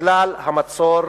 בגלל המצור